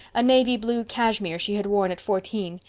a navy blue cashmere she had worn at fourteen.